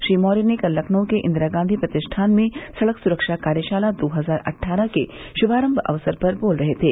श्री मौर्य कल लखनऊ के इंदिरा गांधी प्रतिष्ठान में सड़क सुखा कार्यशाला दो हजार अट्ठारह के शुभारम्म अवसर पर बोल रहे थे